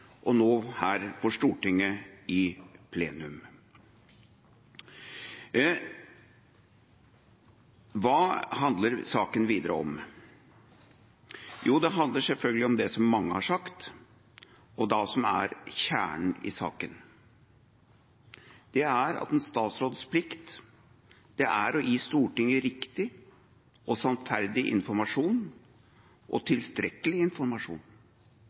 og nå her for Stortinget i plenum. Hva handler saken videre om? Jo, den handler selvfølgelig om det som mange har sagt, og som er kjernen i saken, at en statsråds plikt er å gi Stortinget riktig og sannferdig informasjon og tilstrekkelig informasjon,